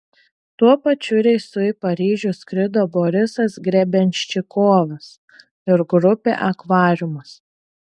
tuo pačiu reisu į paryžių skrido borisas grebenščikovas ir grupė akvariumas